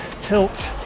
tilt